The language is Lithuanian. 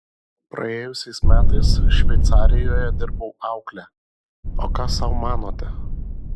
praėjusiais metais šveicarijoje dirbau aukle o ką sau manote